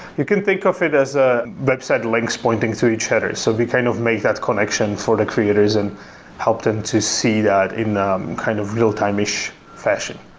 you can think of it as ah website links pointing to each other. so we kind of made that connection for the creators and help them to see that in a um kind of real time-ish fashion.